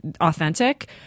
authentic